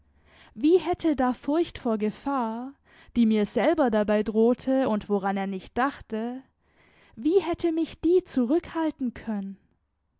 wie hätte da furcht vor gefahr die mir selber dabei drohte und woran er nicht dachte wie hätte mich die zurückhalten können